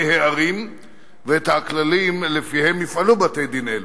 הערים ואת הכללים שלפיהם יפעלו בתי-דין אלו.